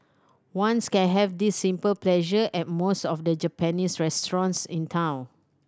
ones can have this simple pleasure at most of the Japanese restaurants in town